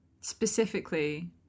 Specifically